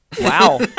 Wow